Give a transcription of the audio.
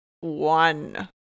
one